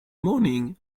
morning